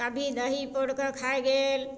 कभी दही पौर कऽ खाय गेल